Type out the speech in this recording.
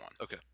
Okay